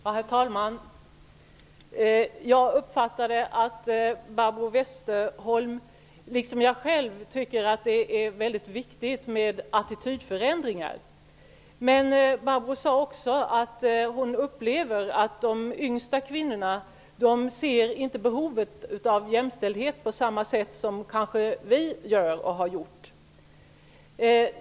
Herr talman! Jag uppfattade att Barbro Westerholm, liksom jag själv, tycker att det är väldigt viktigt med attitydförändringar. Men Barbro Westerholm sade också att hon upplever att de yngsta kvinnorna inte ser behovet av jämställdhet på samma sätt som vi kanske gör och har gjort.